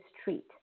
street